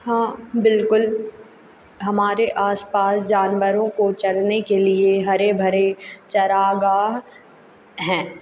हाँ बिलकुल हमारे आस पास जानवरों को चरने के लिए हरे भरे चारागाह हैं